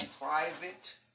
private